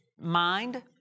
Mind